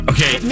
Okay